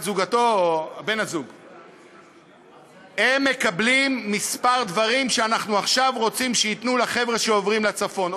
הם מקבלים כמה דברים שאנחנו עכשיו רוצים שייתנו לחבר'ה שעוברים לצפון.